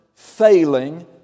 Failing